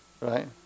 Right